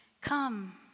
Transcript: Come